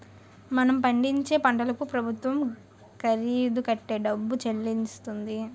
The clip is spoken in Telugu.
మనం పండించే పంటకు ప్రభుత్వం ఖరీదు కట్టే డబ్బు చెల్లిస్తుంది